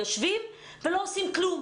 הם יושבים ולא עושים כלום.